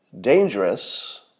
dangerous